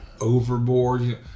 overboard